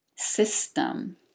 system